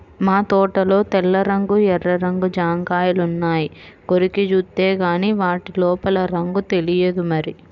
మా తోటలో తెల్ల రంగు, ఎర్ర రంగు జాంకాయలున్నాయి, కొరికి జూత్తేగానీ వాటి లోపల రంగు తెలియదు మరి